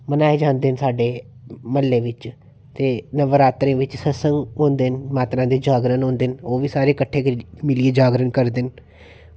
मनाए जंदे न साढ़े म्हल्ले बिच्च ते नवरात्रे बिच्च सत्संग होंदे न माता दे जागरण होंदे न ओह् बी सारे कट्ठे करी मिलियै जागरण करदे न